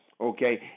okay